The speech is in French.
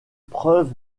preuve